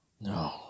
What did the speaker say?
No